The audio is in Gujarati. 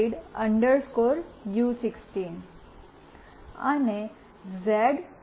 રીડ યુ16 અને ઝેડ